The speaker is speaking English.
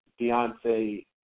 Beyonce –